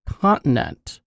continent